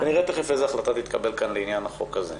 נראה תיכף איזו החלטה תתקבל כאן לעניין החוק הזה.